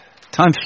Time